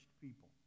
people